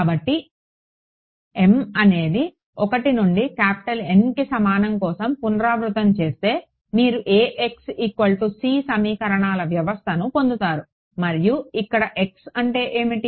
కాబట్టి m అనేది 1 నుండి Nకి సమానం కోసం పునరావృతం చేస్తే మీరు సమీకరణాల వ్యవస్థను పొందుతారు మరియు ఇక్కడ x అంటే ఏమిటి